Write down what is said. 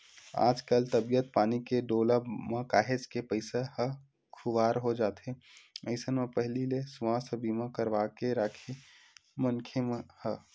आजकल तबीयत पानी के डोलब म काहेच के पइसा ह खुवार हो जाथे अइसन म पहिली ले सुवास्थ बीमा करवाके के राखे मनखे ह